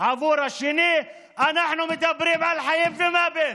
עבור השני, אנחנו מדברים על חיים ומוות.